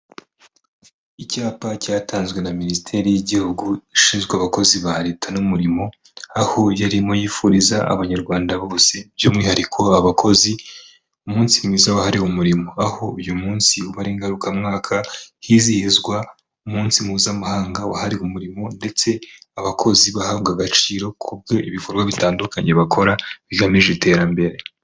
Icyapa cyatanzwe na minisiteri y'igihugu ishinzwe abakozi ba leta n'umurimo, aho yarimo yifuriza Abanyarwanda bose by'umwihariko abakozi umunsi mwiza wahariwe umurimo, aho uyu munsi uba ngarukamwaka hizihizwa umunsi Mpuzamahanga wahariwe umurimo ndetse abakozi bahabwa agaciro kubwo ibikorwa bitandukanye bakora bigamije iterambere.